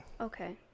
Okay